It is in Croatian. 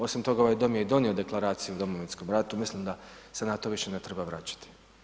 Osim toga, ovaj Dom je i donio Deklaraciju o Domovinskom ratu, mislim da se na to više ne treba vraćati.